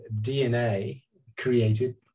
DNA-created